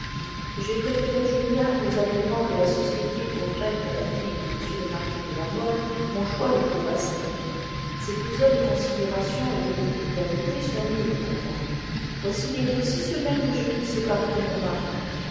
que j'aie préféré julien aux agréments que la société offrait à la fille de m le marquis de la mole mon choix le prouve assez ces plaisirs de considération et de petite vanité sont nuls pour moi voici bientôt six semaines que je vis séparée de mon mari